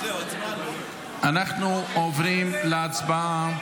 אנחנו עוברים להצבעה.